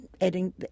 Adding